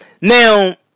Now